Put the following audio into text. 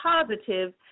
positive